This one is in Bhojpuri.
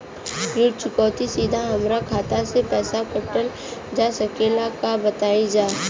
ऋण चुकौती सीधा हमार खाता से पैसा कटल जा सकेला का बताई जा?